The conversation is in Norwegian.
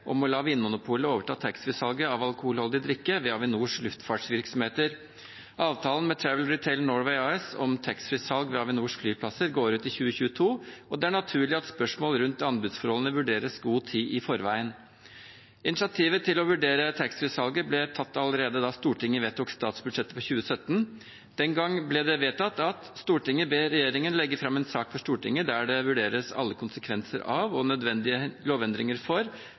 om å la Vinmonopolet overta taxfree-salget av alkoholholdig drikke ved Avinors luftfartsvirksomheter. Avtalen med Travel Retail Norway AS om taxfree-salg ved Avinors flyplasser går ut i 2022, og det er naturlig at spørsmål rundt anbudsforholdene vurderes god tid i forveien. Initiativet til å vurdere taxfree-salget ble tatt allerede da Stortinget vedtok statsbudsjettet for 2017. Den gang ble følgende vedtatt: «Stortinget ber regjeringen legge frem en sak for Stortinget der det vurderes alle konsekvenser av og nødvendige lovendringer for